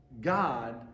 God